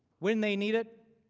when they need it,